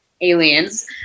aliens